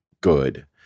good